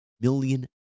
million